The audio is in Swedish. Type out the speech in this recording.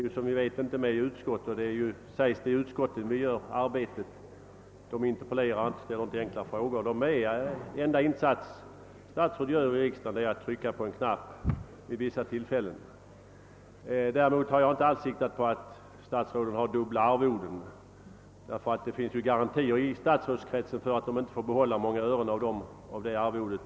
De är inte 'med i utskotten — och det sägs ju att det är där som arbetet i riksdagen uträttas — de interpellerar inte och ställer inte enkla frågor. Den enda insats ett statsråd gör som riksdagsledamot är att ibland trycka på en knapp. Däremot har jag inte tagit sikte på att statsråden får dubbla arvoden. Det finns garantier i statsrådskretsen för att de inte får behålla många ören av arvodet.